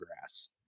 grass